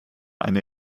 eine